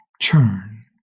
Churn